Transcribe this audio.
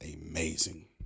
amazing